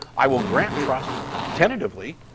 i will grant trust tentatively.